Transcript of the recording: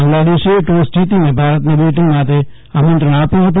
બાંગ્લાદેશે ટોસ જીતીને ભારતને બેટિંગ માટે આમંત્રણ આપ્યુ હતું